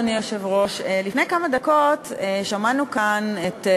אדוני היושב-ראש, לפני כמה דקות שמענו כאן את,